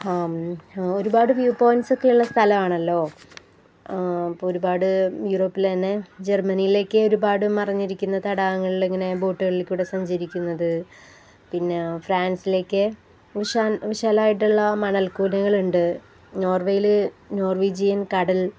ഒരുപാട് വ്യൂ പോയിന്റ്സൊക്കെയുള്ള സ്ഥലമാണല്ലോ അപ്പോള് ഒരുപാട് യൂറോപ്പില്തന്നെ ജർമ്മനിയിലേക്ക് ഒരുപാടു മറിഞ്ഞിരിക്കുന്ന തടാകങ്ങളിലിങ്ങനെ ബോട്ടുകളിൽ കൂടെ സഞ്ചരിക്കുന്നത് പിന്നെ ഫ്രാൻസിലേക്കു വിശാലമായിട്ടുള്ള മണൽകൂനകളുണ്ട് നോർവേയില് നോർവീജിയൻ കടൽ